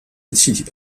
气体